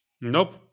nope